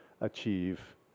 achieve